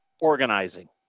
organizing